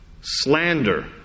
slander